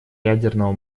ядерного